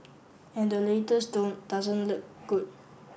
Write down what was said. and the latest doesn't look good